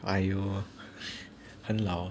!aiyo! 很老